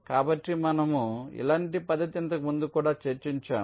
కాబట్టి మనము ఇలాంటి పద్ధతి ఇంతకుముందు కూడా చర్చించాము